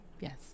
Yes